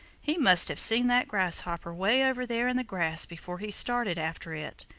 he mast have seen that grasshopper way over there in the grass before he started after it,